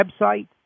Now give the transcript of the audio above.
website